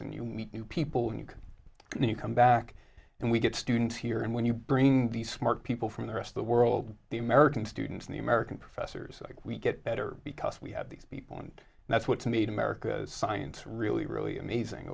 and you meet new people and you can then you come back and we get students here and when you bring these smart people from the rest of the world the american students in the american professors like we get better because we had these people and that's what's made america science really really amazing